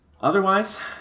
Otherwise